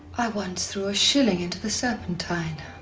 i once through a shilling into the serpentine.